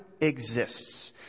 exists